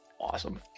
Awesome